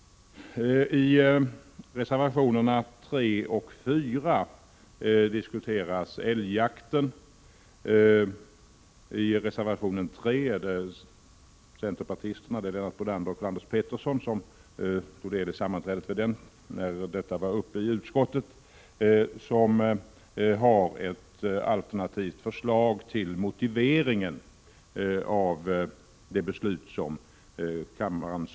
I reservationerna 3 och 4 tas älgjakten upp. I reservation 3 föreslår centerpartisterna Lennart Brunander och Karl-Anders Petersson en alternativ motivering till det beslut som kammaren så småningom kommer att fatta.